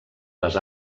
les